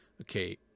okay